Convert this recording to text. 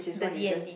the d_n_d